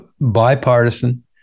bipartisan